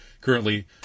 Currently